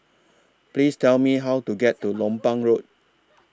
Please Tell Me How to get to Lompang Road